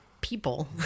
people